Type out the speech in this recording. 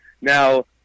Now